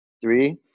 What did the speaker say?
Three